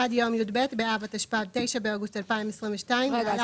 עד יום י"ב באב התשפ"ב (9 באוגוסט 2022) (להלן